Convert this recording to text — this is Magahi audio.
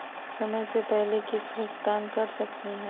समय स पहले किस्त भुगतान कर सकली हे?